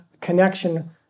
connection